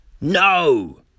no